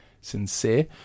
sincere